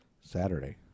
Saturday